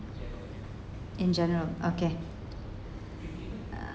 in general okay